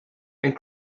and